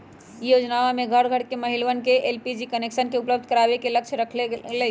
ई योजनमा में घर घर के महिलवन के एलपीजी कनेक्शन उपलब्ध करावे के लक्ष्य रखल गैले